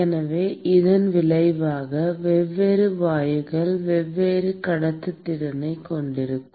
எனவே இதன் விளைவாக வெவ்வேறு வாயுக்கள் வெவ்வேறு கடத்துத்திறனை கொண்டிருக்கும்